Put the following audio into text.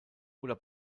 oder